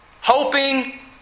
hoping